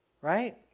right